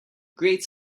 great